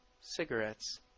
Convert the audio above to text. Cigarettes